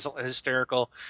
hysterical